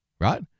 right